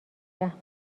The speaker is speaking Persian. رحم